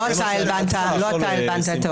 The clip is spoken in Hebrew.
לא אתה הלבנת את